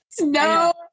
No